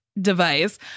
device